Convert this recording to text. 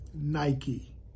Nike